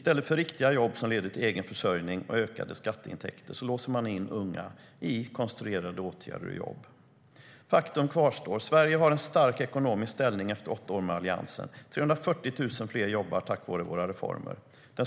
I stället för riktiga jobb som leder till egenförsörjning och ökade skatteintäkter låser man in unga i konstruerade åtgärder och jobb. Faktum kvarstår: Sverige har en stark ekonomisk ställning efter åtta år med Alliansen. 340 000 fler jobbar tack vare våra reformer.